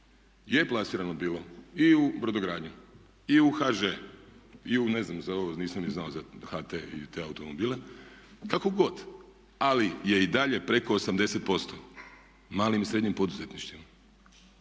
Je plasirano bilo i u brodogradnju, i u HŽ, i u ne znam, nisam ni znao za HT i te automobile, kako god, ali je i dalje preko 80% malim i srednjim poduzetništvima,